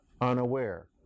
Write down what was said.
unaware